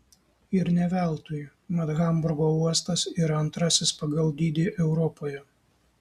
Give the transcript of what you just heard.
ir ne veltui mat hamburgo uostas yra antrasis pagal dydį europoje